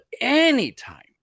anytime